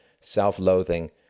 self-loathing